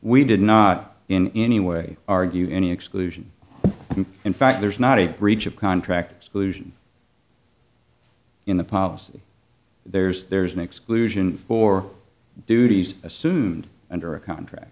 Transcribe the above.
we did not in any way argue any exclusion in fact there's not a breach of contract exclusion in the policy there's there's an exclusion for duties assumed under a contract